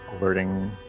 alerting